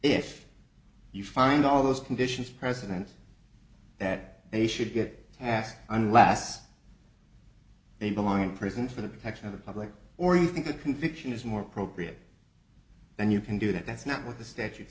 find all those conditions president that they should get a task unless they belong in prison for the protection of the public or you think that conviction is more appropriate then you can do that that's not what the statute